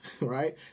right